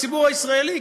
הציבור הישראלי,